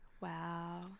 Wow